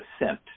assent